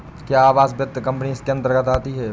क्या आवास वित्त कंपनी इसके अन्तर्गत आती है?